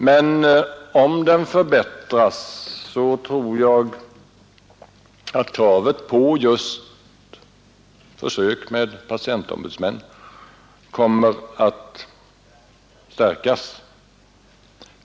Men om den förbättras tror jag att kravet på just försök med patientombudsmän kommer att stärkas.